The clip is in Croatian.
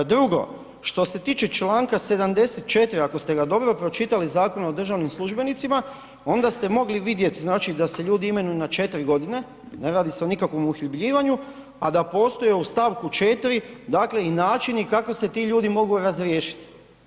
Drugo, što se tiče članka 74. ako ste ga dobro pročitali Zakon o državnim službenicima onda ste mogli vidjeti da se ljudi imenuju na četiri godine, ne radi se o nikakvom uhljebljivanju, a da postoji u stavku 4. načini kako se ti ljudi mogu razriješiti.